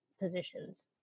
positions